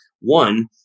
one